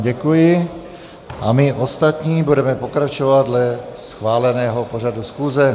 Děkuji vám a my ostatní budeme pokračovat dle schváleného pořadu schůze.